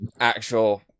actual